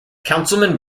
councilman